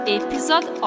episode